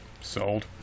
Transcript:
Sold